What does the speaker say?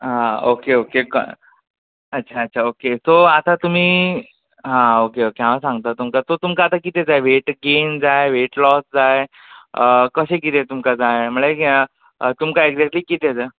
आं okay okay अच्छा अच्छा ओके सो आतां तुमी हां ओके ओके हांव सांगता तुमकां तुमकां आतां कितें जाय वैट गैन जाय वैट लॉस जाय कशें कितें तुमकां जाय म्हणल्यार तुमकां एक्जेक्ट्ली कितें जाय